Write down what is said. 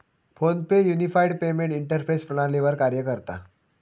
phone पे unified payment interface प्रणालीवर कार्य करता